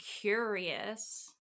Curious